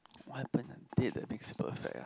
what happen on a date that makes it perfect ah